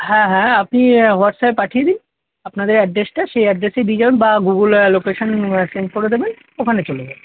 হ্যাঁ হ্যাঁ আপনি হোয়াটসঅ্যাপে পাঠিয়ে দিন আপনাদের অ্যাড্রেসটা সেই অ্যাড্রেসেই দিয়ে যাবেন বা গুগলে লোকেশান সেন্ড করে দেবেন ওখানে চলে যাবে